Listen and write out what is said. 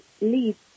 leads